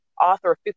author